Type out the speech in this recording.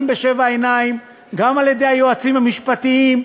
בשבע עיניים גם על-ידי היועצים המשפטיים,